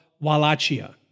Wallachia